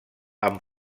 amb